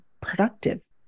productive